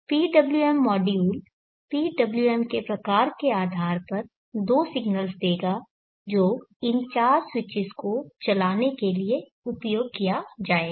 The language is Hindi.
PWM मॉड्यूल PWM के प्रकार के आधार पर दो सिग्नल्स देगा जो इन चार स्विचिज को चलाने के लिए उपयोग किया जाएगा